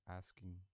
asking